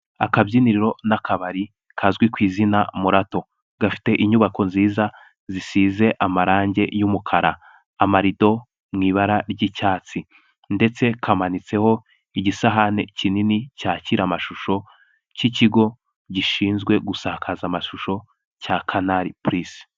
Akabyiniriro, n'akabari, kazwi ku izina morato, gafite inyubako nziza, zisize amarangi y'umukara, amarido mu ibara ry'icyatsi, ndetse kamanitseho igisahane kinini, cyakira amashusho k'ikigo gishinzwe gusakaza amashusho, cya kanari purise.